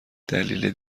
دلیل